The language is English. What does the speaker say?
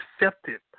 accepted